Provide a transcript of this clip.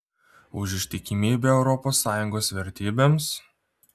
už ištikimybę europos sąjungos vertybėms